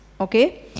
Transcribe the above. Okay